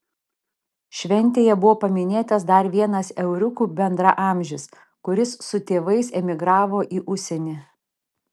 šventėje buvo paminėtas dar vienas euriukų bendraamžis kuris su tėvais emigravo į užsienį